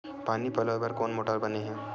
पानी पलोय बर कोन मोटर बने हे?